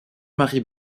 marie